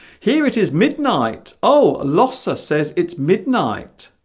here it is midnight oh lassa says it's midnight